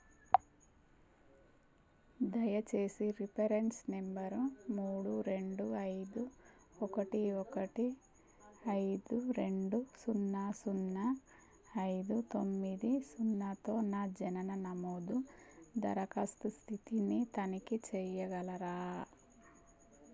దయచేసి reference number మూడు రెండు ఐదు ఒకటి ఒకటి ఐదు రెండు సున్నా సున్నా ఐదు తొమ్మిది సున్నాతో నా జనన నమోదు దరఖాస్తు స్థితిని తనిఖీ చెయ్యగలరా